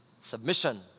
submission